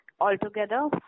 Altogether